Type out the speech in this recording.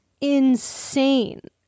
Insane